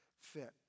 fit